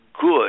good